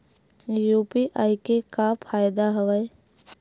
UPI के का फ़ायदा हवय?